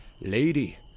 Lady